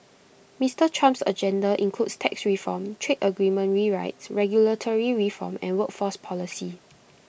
Mister Trump's agenda includes tax reform trade agreement rewrites regulatory reform and workforce policy